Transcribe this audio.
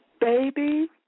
Baby